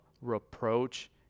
reproach